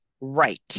Right